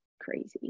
crazy